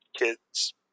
kids